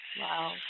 Wow